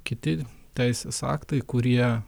kiti teisės aktai kurie